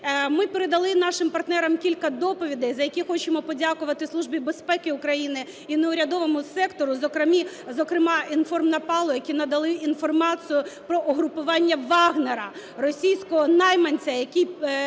Ми передали нашим партнерам кілька доповідей, за які хочемо подякувати Службі безпеки України і неурядовому сектору. Зокрема, InformNapalm, які надали інформацію про угрупування Вагнера, російського найманця, який